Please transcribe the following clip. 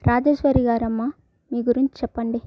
రాజేశ్వరిగారమ్మా మీగురించి చెప్పండి